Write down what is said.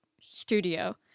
studio